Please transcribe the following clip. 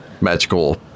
magical